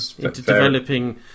developing